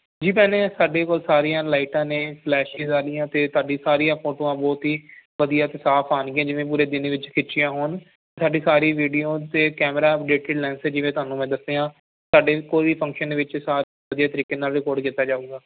ਜੀ ਭੈਣੇ ਸਾਡੇ ਕੋਲ ਸਾਰੀਆਂ ਲਾਈਟਾਂ ਨੇ ਫਲੈਸ਼ਿਜ਼ ਵਾਲੀਆਂ ਅਤੇ ਸਾਡੀ ਸਾਰੀਆਂ ਫੋਟੋਆਂ ਬਹੁਤ ਹੀ ਵਧੀਆ ਅਤੇ ਸਾਫ ਆਉਣਗੀਆਂ ਜਿਵੇਂ ਪੂਰੇ ਦਿਨ ਵਿੱਚ ਖਿੱਚੀਆਂ ਹੋਣ ਸਾਡੀ ਸਾਰੀ ਵੀਡੀਓ ਅਤੇ ਕੈਮਰਾ ਅਪਡੇਟਿਡ ਲੈਂਸ ਜਿਵੇਂ ਤੁਹਾਨੂੰ ਮੈਂ ਦੱਸਿਆ ਸਾਡੇ ਕੋਈ ਵੀ ਫੰਕਸ਼ਨ ਦੇ ਵਿੱਚ ਸਾਰ ਵਧੀਆ ਤਰੀਕੇ ਨਾਲ ਰਿਕਾਰਡ ਕੀਤਾ ਜਾਵੇਗਾ